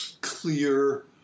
clear